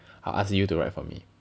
I'll ask you to write for me